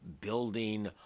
building